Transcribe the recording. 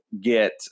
get